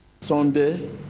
Sunday